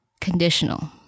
conditional